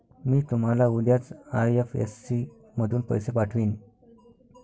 मी तुम्हाला उद्याच आई.एफ.एस.सी मधून पैसे पाठवीन